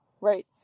right